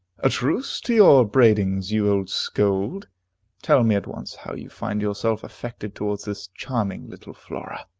a truce to your upbraidings, you old scold tell me at once how you find yourself affected towards this charming little flora.